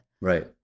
Right